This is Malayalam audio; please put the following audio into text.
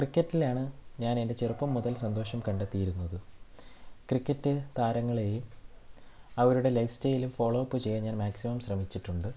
ക്രിക്കറ്റിലാണ് ഞാൻ എൻ്റെ ചെറുപ്പം മുതൽ സന്തോഷം കണ്ടെത്തിയിരുന്നത് ക്രിക്കറ്റ് താരങ്ങളെയും അവരുടെ ലൈഫ് സ്റ്റൈല് ഫോളോ അപ്പ് ചെയ്യാൻ ഞാൻ മാക്സിമം ശ്രമിച്ചിട്ടുണ്ട്